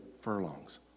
furlongs